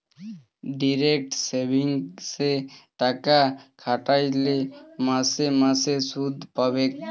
direct সেভিংসে টাকা খ্যাট্যাইলে মাসে মাসে সুদ পাবেক